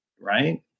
right